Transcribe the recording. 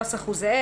הנוסח הוא זהה.